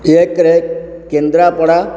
ଏକରେ କେନ୍ଦ୍ରାପଡ଼ା